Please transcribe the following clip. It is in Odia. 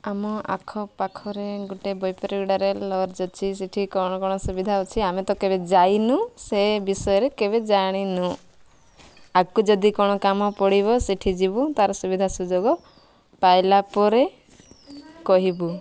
ଆମ ଆଖପାଖରେ ଗୋଟେ ବୈପାରିଗୁଡ଼ାରେ ଲଜ୍ ଅଛି ସେଠି କଣ କ'ଣ ସୁବିଧା ଅଛି ଆମେ ତ କେବେ ଯାଇନୁ ସେ ବିଷୟରେ କେବେ ଜାଣିନୁ ଆଗକୁ ଯଦି କ'ଣ କାମ ପଡ଼ିବ ସେଠି ଯିବୁ ତାର ସୁବିଧା ସୁଯୋଗ ପାଇଲା ପରେ କହିବୁ